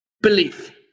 belief